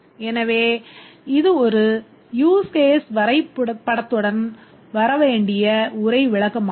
எனவே இது ஒவ்வொரு use case வரைபடத்துடனும் வர வேண்டிய உரை விளக்கமாகும்